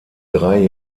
drei